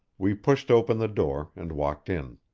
we pushed open the door and walked in.